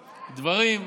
דברים.